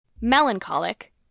melancholic